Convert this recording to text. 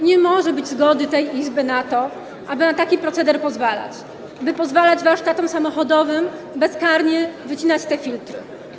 Nie może być zgody tej Izby na to, aby na taki proceder pozwalać, by pozwalać warsztatom samochodowym bezkarnie wycinać te filtry.